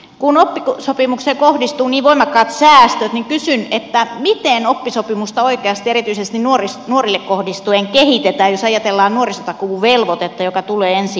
kun oppisopimukseen kohdistuu niin voimakkaat säästöt kysyn miten oppisopimusta oikeasti erityisesti nuorille kohdistuen kehitetään jos ajatellaan nuorisotakuuvelvoitetta joka tulee ensi vuonna